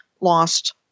lost